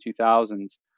2000s